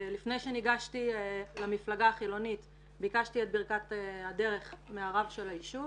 לפני שניגשתי למפלגה החילונית ביקשתי את ברכת הדרך מהרב של היישוב,